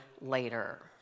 later